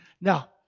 Now